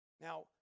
Now